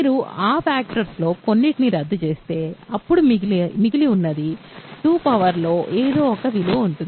మీరు ఆ ఫ్యాక్టర్స్ లో కొన్నింటిని రద్దు చేస్తే అప్పుడు మిగిలి ఉన్నది 2 పవర్ లో ఏదో ఒక విలువ ఉంటుంది